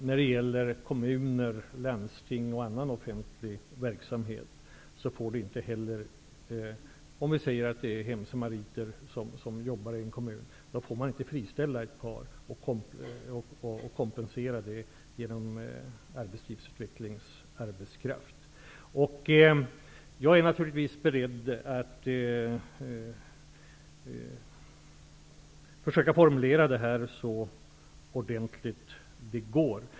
När det gäller kommuner, landsting och annan offentlig verksamhet får man t.ex. inte friställa hemsamariter och ersätta dem med arbetslivsutvecklingsarbetskraft. Jag är naturligtvis beredd att försöka formulera reglerna så noggrant som möjligt.